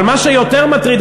אבל מה שיותר מטריד,